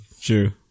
True